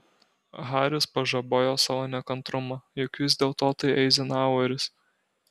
haris pažabojo savo nekantrumą juk vis dėlto tai eizenhaueris